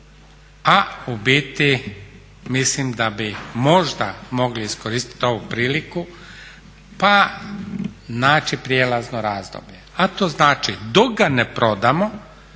a u biti mislim da bi možda mogli iskoristiti ovu priliku pa naći prijelazno razdoblje. A to znači dok ga ne prodamo